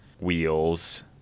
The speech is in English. wheels